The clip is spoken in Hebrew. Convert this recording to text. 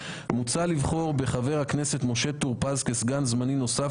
מוצע לבחור בחבר הכנסת משה טור פז כסגן זמני נוסף